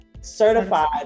certified